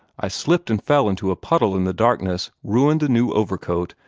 i slipped and fell into a puddle in the darkness, ruined a new overcoat,